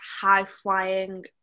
high-flying